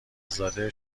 زاده